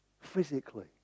physically